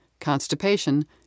constipation